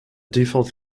default